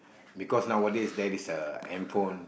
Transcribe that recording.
because nowadays that is a hand phone